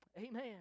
Amen